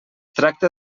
tracta